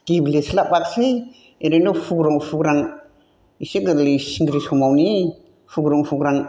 गेब्लेस्लाबासै ओरैनो फुग्रोन फुग्रान एसे गोरलै सिंग्रि समावनि फुग्रुं फुग्रां